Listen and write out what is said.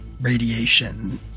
radiation